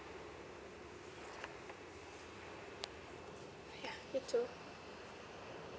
you too